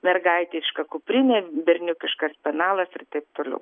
mergaitiška kuprinė berniukiškas penalas ir taip toliau